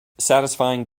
satisfying